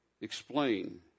explain